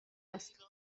است